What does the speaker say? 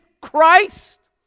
Christ